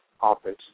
Office